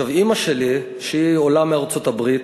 אימא שלי, שהיא עולה מארצות-הברית,